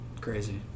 Crazy